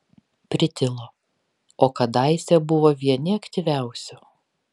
pritilo o kadaise buvo vieni aktyviausių